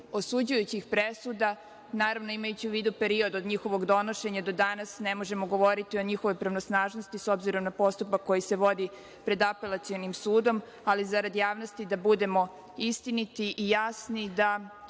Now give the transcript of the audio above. osuđujućih presuda, naravno imajući u vidu period od njihovog donošenja do danas, ne možemo govoriti o njihovoj pravnosnažnosti, s obzirom na postupak koji se vodi pred Apelacionim sudom, ali zarad javnosti, da budemo istiniti i jasni da